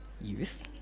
youth